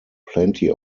plenty